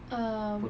um